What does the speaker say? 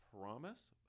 promise